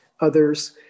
others